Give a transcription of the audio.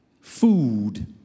food